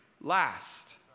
last